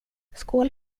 skål